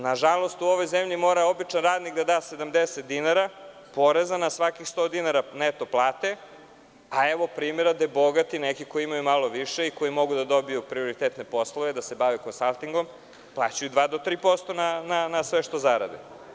Na žalost, u ovoj zemlji mora običan radnik da da 70 dinara poreza na svakih 100 dinara neto plate, pa evo primera gde neki bogati, koji imaju malo više i koji mogu da dobiju prioritetne poslove, da se bave konsaltingom, plaćaju 2%-3% na sve što zarade.